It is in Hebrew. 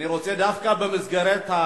אני רוצה, דווקא במסגרת,